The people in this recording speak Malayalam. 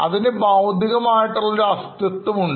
അതിന് ഒരു ഭൌതിക മായിട്ടുള്ള അസ്തിത്വമുണ്ട്